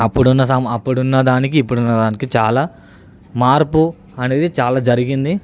అప్పుడున్న సమ అప్పుడున్న దానికి ఇప్పుడున్న దానికి చాలా మార్పు అనేది చాలా జరిగింది